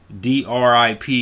DRIP